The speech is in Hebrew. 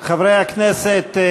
לשבת.